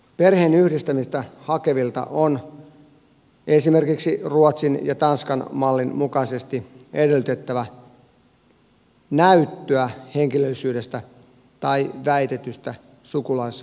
perheenyhdistämistä hakevilta on esimerkiksi ruotsin ja tanskan mallin mukaisesti edellytettävä näyttöä henkilöllisyydestä tai väitetystä sukulaissuhteesta